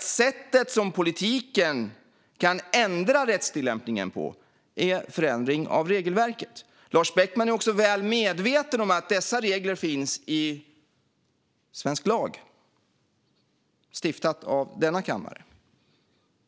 Sättet som politiken kan ändra rättstillämpningen på är förändring av regelverket. Lars Beckman är också väl medveten om att dessa regler finns i svensk lag stiftad av denna kammare.